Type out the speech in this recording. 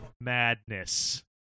madness